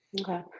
Okay